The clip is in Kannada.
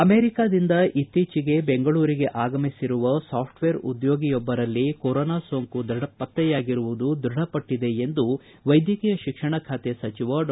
ಅಮೇರಿಕಾದಿಂದ ಇತ್ತೀಚಿಗೆ ಬೆಂಗಳೂರಿಗೆ ಆಗಮಿಸಿರುವ ಸಾಫ್ಟವೇರ್ ಉದ್ದೋಗಿಯೊಬ್ಬರಲ್ಲಿ ಕೊರೋನಾ ಸೋಂಕು ಪತ್ತೆಯಾಗಿರುವುದು ದೃಢಪಟ್ಟದೆ ಎಂದು ವೈದ್ಯಕೀಯ ಶಿಕ್ಷಣ ಸಚಿವ ಡಾ